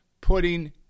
putting